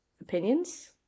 opinions